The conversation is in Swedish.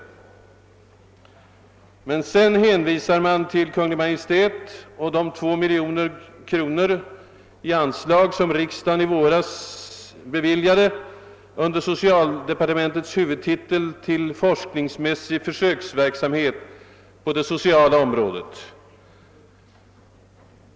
Men sedan hänvisar man till Kungl. Maj:t och de 2 miljoner kronor i anslag, som riksdagen i våras beviljade under socialdepartementets huvudtitel till forskningsmässig försöksverksamhet på det sociala området.